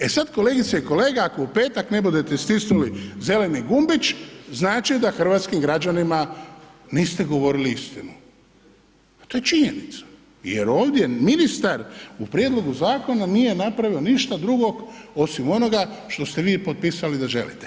E sada kolegice i kolege, ako u petak ne budete stisnuli zeleni gumbić znači da hrvatskim građanima niste govorili istinu, to je činjenica jer ovdje ministar u prijedlogu zakona nije napravio ništa drugo osim onoga što ste vi potpisali da želite.